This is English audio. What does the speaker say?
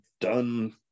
done